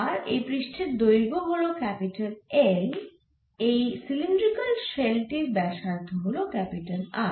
আর এই পৃষ্ঠের দৈর্ঘ হল ক্যাপিটাল L এই সিলিন্ড্রিকাল শেল টির ব্যাসার্ধ হল ক্যাপিটাল R